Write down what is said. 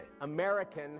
American